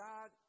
God